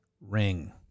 ring